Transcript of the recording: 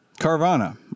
Carvana